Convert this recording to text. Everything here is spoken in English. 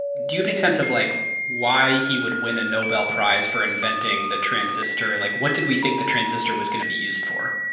do you have any sense of like why he would win a nobel prize for inventing the transistor? like what did we think the transistor was going to be used for?